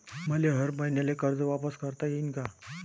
मले हर मईन्याले कर्ज वापिस करता येईन का?